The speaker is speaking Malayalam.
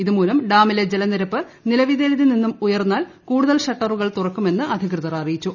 ഇതു മൂലം ഡാമിലെ ജലനിരപ്പ് നിലവിലേതിൽ നിന്നും ഉയർന്നാൽ കൂടുതൽ ഷട്ടറുകൾ തുറക്കുമെന്ന് അധികൃതർ അറിയിച്ചു